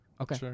Okay